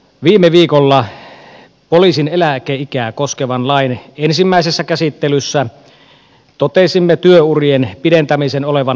viime viikolla poliisin eläkeikää koskevan lain ensimmäisessä käsittelyssä totesimme työurien pidentämisen olevan välttämätöntä